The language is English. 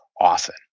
often